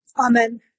Amen